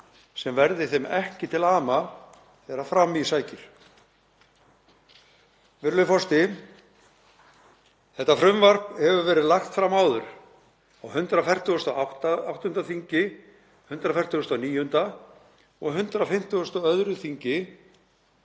sem verði þeim ekki til ama þegar fram í sækir. Virðulegur forseti. Þetta frumvarp hefur verið lagt fram áður, á 148. þingi, 149. og 152. þingi,